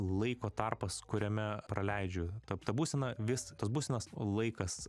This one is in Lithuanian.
laiko tarpas kuriame praleidžiu tą būseną vis tos būsenos laikas